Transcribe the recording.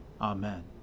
Amen